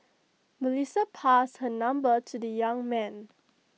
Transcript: Melissa passed her number to the young man